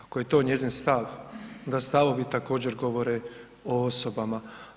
Ako je to njezin stav, onda stavovi također, govore o osobama.